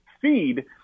feed